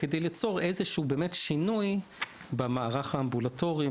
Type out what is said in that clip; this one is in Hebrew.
כדי באמת ליצור איזשהו שינוי במערך האמבולטורי,